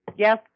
Yes